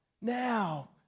now